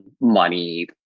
money